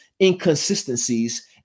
inconsistencies